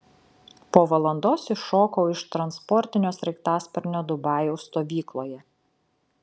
po valandos iššokau iš transportinio sraigtasparnio dubajaus stovykloje